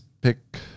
pick